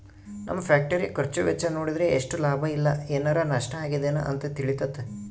ನಮ್ಮ ಫ್ಯಾಕ್ಟರಿಯ ಖರ್ಚು ವೆಚ್ಚ ನೋಡಿದ್ರೆ ಎಷ್ಟು ಲಾಭ ಇಲ್ಲ ಏನಾರಾ ನಷ್ಟ ಆಗಿದೆನ ಅಂತ ತಿಳಿತತೆ